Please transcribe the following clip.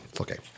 Okay